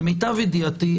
למיטב ידיעתי,